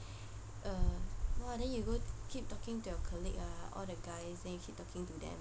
uh !wah! then you go keep talking to your colleague ah all the guys then you keep talking to them